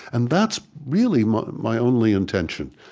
and that's really my my only intention.